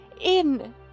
in